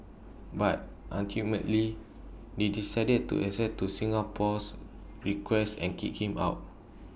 but ultimately they decided to accede to Singapore's request and kick him out